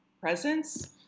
presence